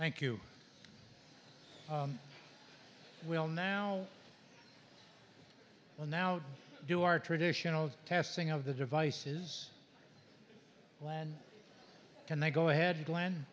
thank you will now well now do our traditional testing of the devices land and they go ahead glen